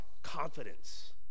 confidence